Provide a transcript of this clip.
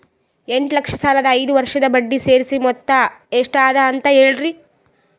ಎಂಟ ಲಕ್ಷ ಸಾಲದ ಐದು ವರ್ಷದ ಬಡ್ಡಿ ಸೇರಿಸಿ ಮೊತ್ತ ಎಷ್ಟ ಅದ ಅಂತ ಹೇಳರಿ?